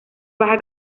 baja